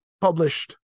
published